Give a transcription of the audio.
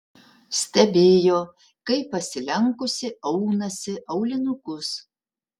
stebėjo kaip pasilenkusi aunasi aulinukus